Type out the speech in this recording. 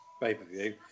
pay-per-view